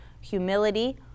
humility